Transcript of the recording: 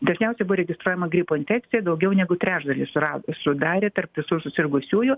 dažniausiai buvo registruojama gripo infekcija daugiau negu trečdalį sura sudarė tarp visų susirgusiųjų